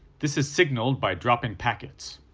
this is signalled by dropping packets.